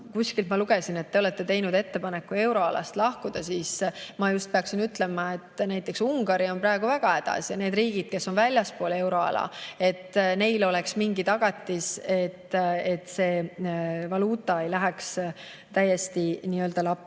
Kuskilt ma lugesin, et te olete teinud ettepaneku euroalast lahkuda. Ma just peaksin ütlema, et näiteks Ungari on praegu väga hädas ja need riigid, kes on väljaspool euroala, et neil oleks mingi tagatis, et valuuta ei läheks täiesti nii‑öelda lappama.